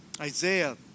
Isaiah